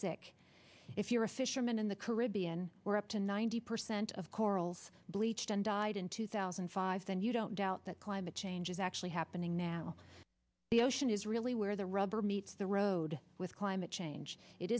sick if you're a fisherman in the caribbean we're up to ninety percent of corals bleached and died in two thousand and five and you don't doubt that climate change is actually happening now the ocean is really where the rubber meets the road with climate change it